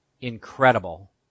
incredible